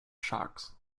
shocks